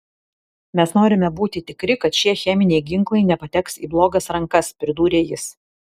mes norime būti tikri kad šie cheminiai ginklai nepateks į blogas rankas pridūrė jis